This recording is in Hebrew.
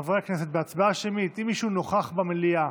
חברי הכנסת, בהצבעה שמית, אם מישהו נוכח במליאה